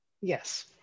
Yes